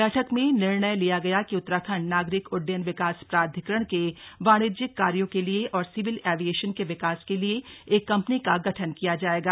बैठक में निर्णय लिया गया कि उत्तराखण्ड नागरिक उड़्डयन विकास प्राधिकरण के वाणिज्यिक कार्यों के लिए और सिविल एविएशन के विकास के लिए एक कम्पनी का गठन किया जायेगा